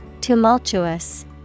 tumultuous